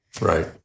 Right